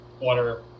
water